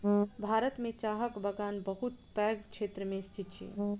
भारत में चाहक बगान बहुत पैघ क्षेत्र में स्थित अछि